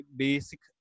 basic